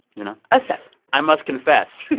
you know? a step i must confess.